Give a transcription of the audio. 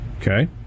Okay